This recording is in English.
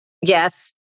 yes